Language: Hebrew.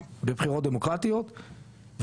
בבחירות דמוקרטיות,